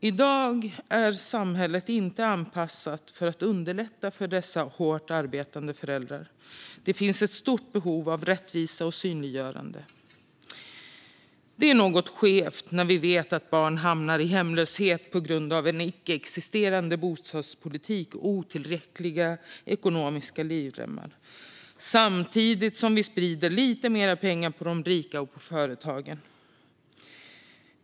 I dag är samhället inte anpassat för att underlätta för dessa hårt arbetande föräldrar. Det finns ett stort behov av rättvisa och synliggörande. Det är något skevt när vi vet att barn hamnar i hemlöshet på grund av en icke existerande bostadspolitik och otillräckliga ekonomiska livremmar samtidigt som vi sprider lite mera pengar på de rika och på företagen.